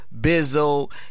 Bizzle